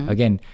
Again